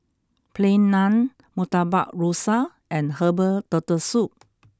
Plain Naan Murtabak Rusa and Herbal Turtle Soup